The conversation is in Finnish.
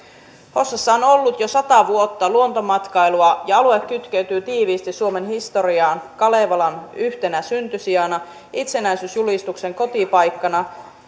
hossassa on ollut jo sata vuotta luontomatkailua ja alue kytkeytyy tiiviisti suomen historiaan kalevalan yhtenä syntysijana itsenäisyysjulistuksen kotipaikkana